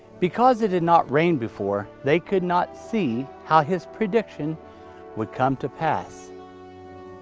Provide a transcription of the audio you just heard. because it had not rained before, they could not see how his prediction would come to pass